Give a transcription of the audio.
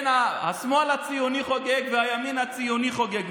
והשמאל הציוני חוגג והימין הציוני חוגג.